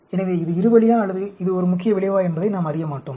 எனவே இது இரு வழியா அல்லது இது ஒரு முக்கிய விளைவா என்பதை நாம் அறிய மாட்டோம்